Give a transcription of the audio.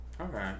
Okay